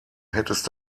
hättest